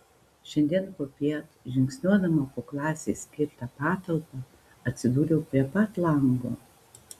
šiandien popiet žingsniuodama po klasei skirtą patalpą atsidūriau prie pat lango